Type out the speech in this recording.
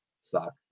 suck